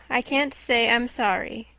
i can't say i'm sorry,